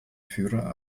führer